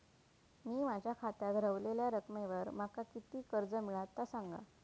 मी माझ्या खात्याच्या ऱ्हवलेल्या रकमेवर माका किती कर्ज मिळात ता सांगा?